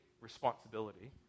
responsibility